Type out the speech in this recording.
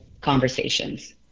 conversations